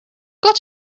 got